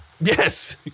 Yes